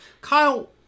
Kyle